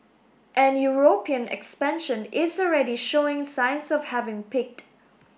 and European expansion is already showing signs of having peaked